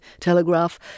Telegraph